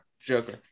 Joker